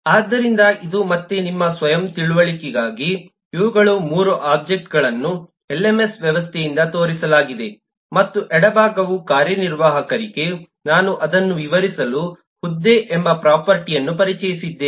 ಆದ್ದರಿಂದ ಇದು ಮತ್ತೆ ನಿಮ್ಮ ಸ್ವಯಂ ತಿಳುವಳಿಕೆಗಾಗಿ ಇವುಗಳು 3 ಒಬ್ಜೆಕ್ಟ್ಗಳನ್ನು ಎಲ್ಎಮ್ಎಸ್ ವ್ಯವಸ್ಥೆಯಿಂದ ತೋರಿಸಲಾಗಿದೆ ಮತ್ತು ಎಡಭಾಗವು ಕಾರ್ಯನಿರ್ವಾಹಕರಿಗೆ ನಾನು ಅದನ್ನು ವಿವರಿಸಲು ಹುದ್ದೆ ಎಂಬ ಪ್ರೊಫರ್ಟಿಯನ್ನು ಪರಿಚಯಿಸಿದ್ದೇನೆ